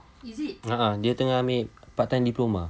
a'ah dia tengah ambil part time diploma